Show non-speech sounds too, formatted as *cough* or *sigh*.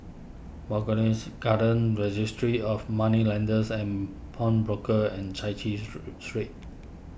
*unintelligible* Garden Registry of Moneylenders and Pawnbrokers and Chai Chee *unintelligible* Street